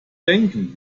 denken